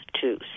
two